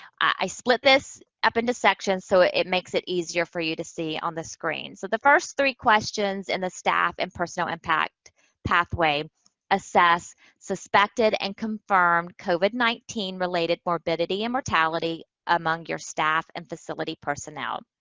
i split this up into sections so it makes it easier for you to see on the screen. so, the first three questions in the staff and personnel impact pathway assess suspected and confirmed covid nineteen related morbidity and mortality among your staff and facility personnel.